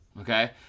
okay